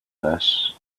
this